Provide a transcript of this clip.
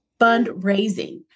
fundraising